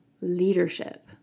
leadership